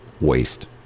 waste